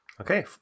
Okay